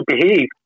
behave